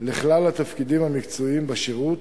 לכלל התפקידים המקצועיים בשירות,